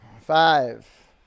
Five